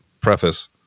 preface